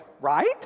right